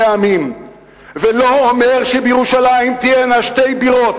עמים ולא אומר שבירושלים תהיינה שתי בירות,